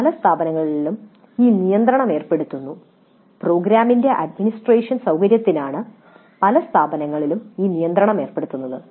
പല സ്ഥാപനങ്ങളും ഈ നിയന്ത്രണം ഏർപ്പെടുത്തുന്നു പ്രോഗ്രാമിന്റെ അഡ്മിനിസ്ട്രേഷന്റെ സൌകര്യത്തിനാണ് പല സ്ഥാപനങ്ങളും ഈ നിയന്ത്രണം ഏർപ്പെടുത്തുന്നുത്